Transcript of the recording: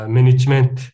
Management